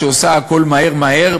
שעושה הכול מהר-מהר,